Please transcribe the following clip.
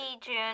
June